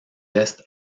est